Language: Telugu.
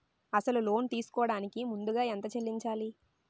అసలు లోన్ తీసుకోడానికి ముందుగా ఎంత చెల్లించాలి?